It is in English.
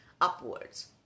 upwards